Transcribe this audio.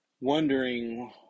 wondering